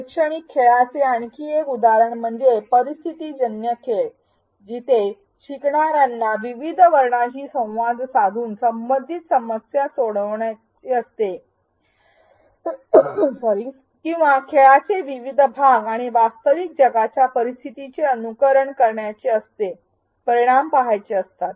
शैक्षणिक खेळाचे आणखी एक उदाहरण म्हणजे परिस्थितीजन्य खेळ जिथे शिकणाऱ्यांना विविध वर्णांशी संवाद साधून संबंधित समस्या सोडवायची असते किंवा खेळाचे विविध भाग आणि वास्तविक जगाच्या परिस्थितीचे अनुकरण करायचे असते आणि परिणाम पहायचे असतात